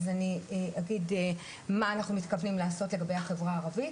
אז אני אגיד מה אנחנו מתכוונים לעשות לגבי החברה הערבית,